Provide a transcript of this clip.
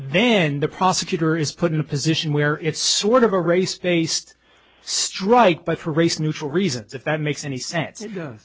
then the prosecutor is put in a position where it's sort of a race based strike by for race neutral reasons if that makes any sense a